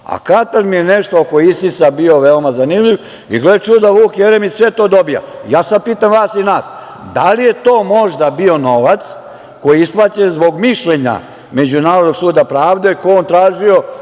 Katar mi je nešto oko ISIS-a bio veoma zanimljiv i gle čuda, Vuk Jeremić sve to dobija. Ja sada pitam vas i nas – da li je to možda bio novac koji je isplaćen zbog mišljenja Međunarodnog suda pravde, koji je on tražio,